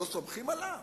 לא סומכים עליו?